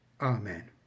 Amen